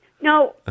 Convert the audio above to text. No